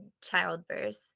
childbirth